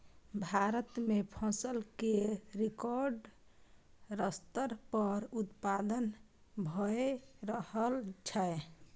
भारत मे फसल केर रिकॉर्ड स्तर पर उत्पादन भए रहल छै